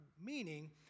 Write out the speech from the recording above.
meaning